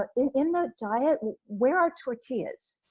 but in in the diet, where are tortillas?